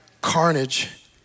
carnage